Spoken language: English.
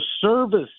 service